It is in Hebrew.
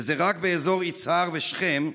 וזה רק באזור יצהר ושכם: